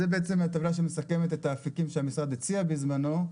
זו הטבלה שמסכמת את האפיקים שהמשרד הציע בזמנו.